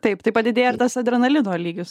taip tai padidėja tas adrenalino lygis